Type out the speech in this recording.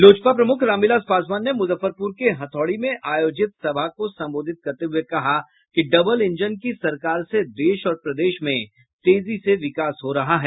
लोजपा प्रमुख रामविलास पासवान ने मुजफ्फरपुर के हथौड़ी में आयोजित सभा को संबोधित करते हुए कहा कि डबल इंजन की सरकार से देश और प्रदेश में तेजी से विकास हो रहा है